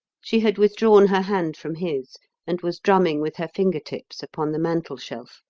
she had withdrawn her hand from his and was drumming with her finger-tips upon the mantelshelf.